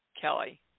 Kelly